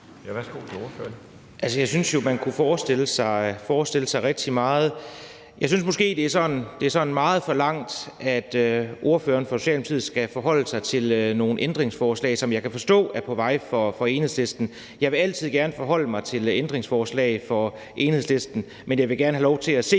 Jeg synes jo, at man kunne forestille sig rigtig meget. Jeg synes måske, det er sådan meget forlangt, at jeg som ordførerer for Socialdemokratiet skal forholde sig til nogle ændringforslag, som jeg kan forstå er på vej fra Enhedslistens side. Jeg vil altid gerne forholde mig til ændringsforslag fra Enhedslisten, men jeg vil gerne have lov til at se